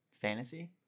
fantasy